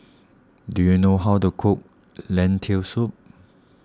do you know how to cook Lentil Soup